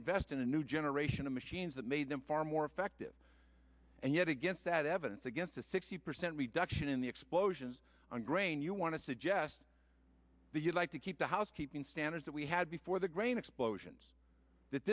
invest in a new generation of machines that made them far more effective and yet against that evidence against a sixty percent reduction in the explosions on grain you want to suggest that you like to keep the housekeeping standards that we had before the grain explosions that